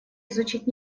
изучить